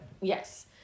Yes